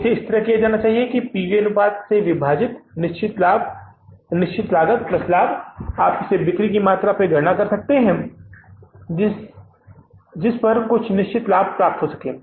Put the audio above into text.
इसे इस तरह किया जाना चाहिए कि पी वी अनुपात से विभाजित निश्चित लागत लाभ है आप इसे बिक्री की मात्रा पर गणना कर सकते हैं जिस पर कुछ निश्चित लाभ प्राप्त हो सकता है